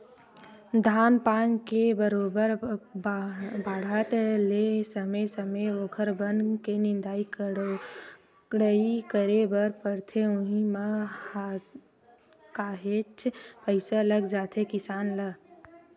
धान पान के बरोबर बाड़हत ले समे समे ओखर बन के निंदई कोड़ई करे बर परथे उहीं म काहेच पइसा लग जाथे किसान ल